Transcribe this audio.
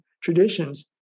traditions